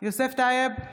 יוסף טייב,